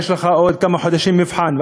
יש לך עוד כמה חודשים מבחן,